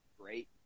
great